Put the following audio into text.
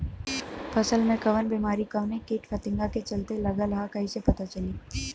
फसल में कवन बेमारी कवने कीट फतिंगा के चलते लगल ह कइसे पता चली?